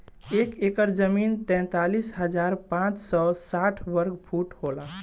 एक एकड़ जमीन तैंतालीस हजार पांच सौ साठ वर्ग फुट होला